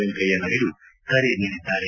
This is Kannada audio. ವೆಂಕಯ್ಯನಾಯ್ದು ಕರೆ ನೀಡಿದ್ದಾರೆ